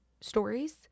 stories